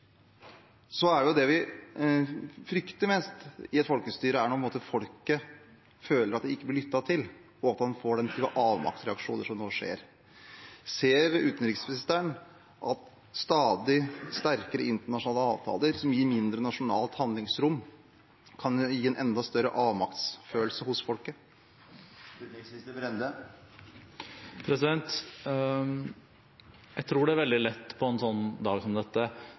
Det vi frykter mest i et folkestyre, er når folket føler at de ikke blir lyttet til, og at man får den typen avmaktsreaksjoner som nå skjer. Ser utenriksministeren at stadig sterkere internasjonale avtaler som gir mindre nasjonalt handlingsrom, kan gi en enda større avmaktsfølelse hos folket? Jeg tror det er veldig lett på en dag som